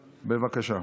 בבקשה.